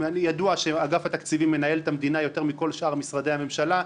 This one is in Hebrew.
ידוע שאגף התקציבים מנהל את המדינה יותר מכל שאר משרדי הממשלה.